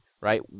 right